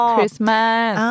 Christmas